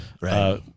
right